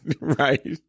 Right